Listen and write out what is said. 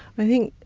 i think,